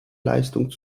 leistung